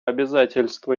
обязательства